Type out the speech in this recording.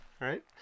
right